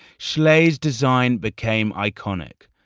schlee's design became iconic,